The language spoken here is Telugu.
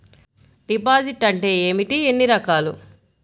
డిపాజిట్ అంటే ఏమిటీ ఎన్ని రకాలు?